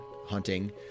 Hunting